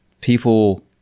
people